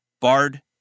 Bard